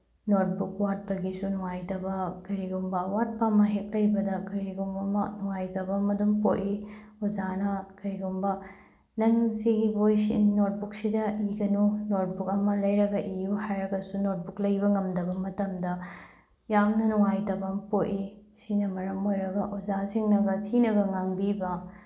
notebook ꯋꯥꯠꯄꯒꯤꯁꯨ ꯅꯨꯡꯉꯥꯏꯇꯕ ꯀꯔꯤꯒꯨꯝꯕ ꯑꯋꯥꯠꯄ ꯑꯃ ꯍꯦꯛ ꯂꯩꯕꯗ ꯀꯔꯤꯒꯨꯝꯕ ꯑꯃ ꯅꯨꯡꯉꯥꯏꯇꯕ ꯑꯃ ꯑꯗꯨꯝ ꯄꯣꯛꯏ ꯑꯣꯖꯥꯅ ꯀꯔꯤꯒꯨꯝꯕ ꯅꯪ ꯁꯤꯒꯤ ꯕꯣꯏꯁꯤ ꯅꯣꯠꯕꯨꯛꯁꯤꯗ ꯏꯒꯅꯨ ꯅꯣꯠꯕꯨꯛ ꯑꯃ ꯂꯩꯔꯒ ꯏꯌꯨ ꯍꯥꯏꯔꯒꯁꯨ ꯅꯣꯠꯕꯨꯛ ꯂꯩꯕ ꯉꯝꯗꯕ ꯃꯇꯝꯗ ꯌꯥꯝꯅ ꯅꯨꯡꯉꯥꯏꯇꯕ ꯑꯃ ꯄꯣꯛꯏ ꯁꯤꯅ ꯃꯔꯝ ꯑꯣꯏꯔꯒ ꯑꯣꯖꯥꯁꯤꯡꯅꯒ ꯊꯤꯅꯒ ꯉꯥꯡꯕꯤꯕ